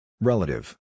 Relative